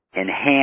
enhance